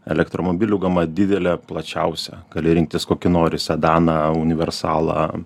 elektromobilių gama didelė plačiausia gali rinktis kokį nori sedaną universalą